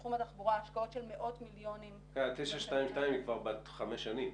בתחום התחבורה השקעות של מאות מיליונים --- 922 היא כבר בת חמש שנים.